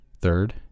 Third